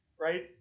right